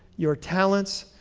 your talents,